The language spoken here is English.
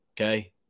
Okay